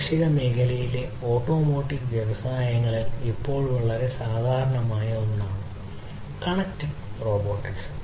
കാർഷിക മേഖലകളിലെ ഓട്ടോമോട്ടീവ് വ്യവസായങ്ങളിൽ ഇപ്പോൾ വളരെ സാധാരണമായ ഒന്നാണ് കണക്റ്റഡ് റോബോട്ടിക്സ്